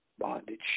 bondage